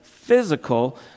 physical